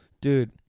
Dude